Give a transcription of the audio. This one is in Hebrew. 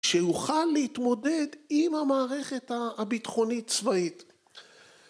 שיוכל להתמודד עם המערכת הביטחונית צבאית